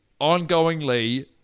ongoingly